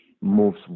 moves